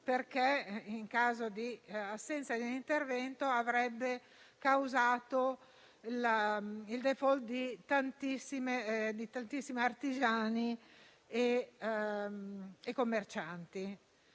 perché, in assenza di un intervento, ciò avrebbe causato il *default* di tantissimi artigiani e commercianti